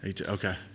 Okay